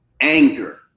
anger